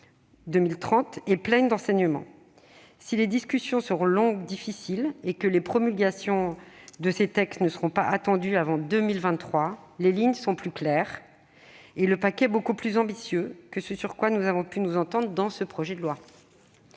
2030 est pleine d'enseignements. Si les discussions seront longues et difficiles et que les promulgations de textes ne sont pas attendues avant 2023, les lignes sont plus claires, et le paquet beaucoup plus ambitieux que ce sur quoi nous avons pu nous entendre dans ce projet de loi.